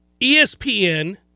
ESPN –